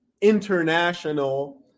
international